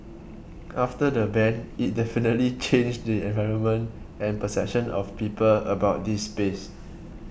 after the ban it definitely changed the environment and perception of people about this space